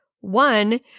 One